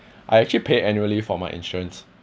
I actually pay annually for my insurance